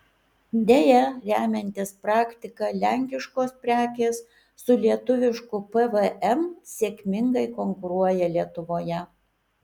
deja remiantis praktika lenkiškos prekės su lietuvišku pvm sėkmingai konkuruoja lietuvoje